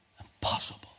Impossible